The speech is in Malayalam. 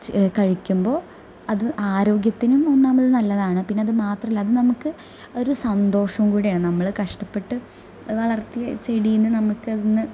ച് കഴിക്കുമ്പോൾ അത് ആരോഗ്യത്തിനും ഒന്നാമത് നല്ലതാണ് പിന്നെ അത് മാത്രമല്ല നമുക്ക് ഒരു സന്തോഷവും കൂടെയാണ് നമ്മൾ കഷ്ടപ്പെട്ട് വളർത്തിയ ചെടിയിൽ നിന്ന് നമുക്ക് അതിൽ നിന്ന്